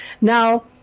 Now